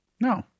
No